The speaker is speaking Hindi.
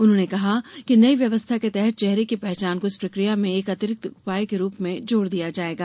उन्होंने कहा कि नई व्यवस्था के तहत चेहरे की पहचान को इस प्रक्रिया में एक अतिरिक्त उपाय के रूप में जोड़ दिया जाएगा